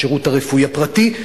השירות הרפואי הפרטי,